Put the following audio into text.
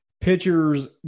pitchers